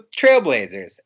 Trailblazers